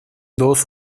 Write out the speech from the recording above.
dos